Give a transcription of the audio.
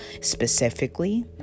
specifically